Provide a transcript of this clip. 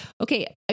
okay